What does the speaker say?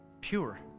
pure